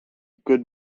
good